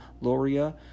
Loria